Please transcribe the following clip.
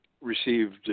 received